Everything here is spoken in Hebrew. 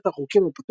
ספר החוקים הפתוח,